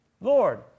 Lord